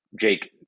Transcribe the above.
jake